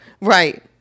right